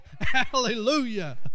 Hallelujah